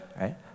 right